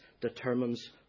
determines